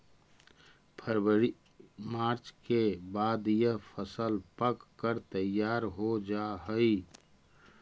फरवरी मार्च के बाद यह फसल पक कर तैयार हो जा हई